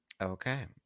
Okay